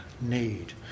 need